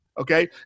okay